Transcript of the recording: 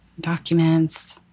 documents